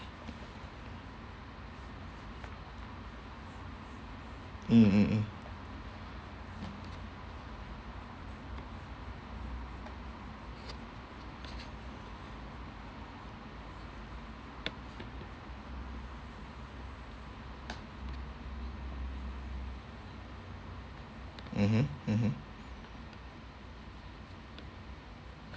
mm mm mm mmhmm mmhmm